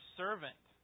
servant